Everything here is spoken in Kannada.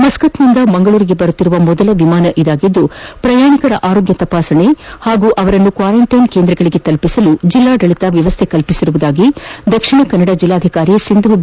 ಮಸ್ಕತ್ನಿಂದ ಮಂಗಳೂರಿಗೆ ಬರುತ್ತಿರುವ ಮೊದಲ ವಿಮಾನ ಇದಾಗಿದ್ದು ಪ್ರಯಾಣಿಕರ ಆರೋಗ್ಯ ತಪಾಸಣೆ ಹಾಗೂ ಅವರನ್ನು ಕ್ವಾರೆಂಟೈನ್ ಕೇಂದ್ರಗಳಿಗೆ ತಲುಪಿಸಲು ಜಿಲ್ಲಾಡಳಿತ ವ್ಯವಸ್ಥೆ ಮಾಡಿರುವುದಾಗಿ ಜಿಲ್ಲಾಧಿಕಾರಿ ಸಿಂಧು ಬಿ